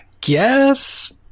guess